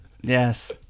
Yes